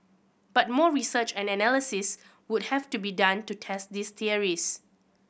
but more research and analysis would have to be done to test these theories